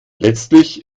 letztlich